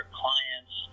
clients